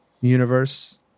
universe